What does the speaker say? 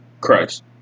Christ